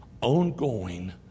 ongoing